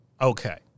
Okay